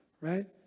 right